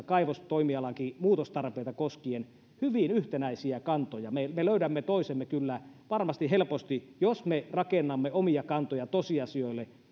kaivostoimialankin muutostarpeita koskien hyvin yhtenäisiä kantoja me me löydämme toisemme kyllä varmasti helposti jos me rakennamme omia kantojamme tosiasioille